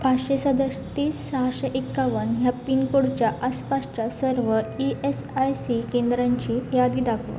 पाचशे सदतीस सहाशे एकावन्न ह्या पिनकोडच्या आसपासच्या सर्व ई एस आय सी केंद्रांची यादी दाखवा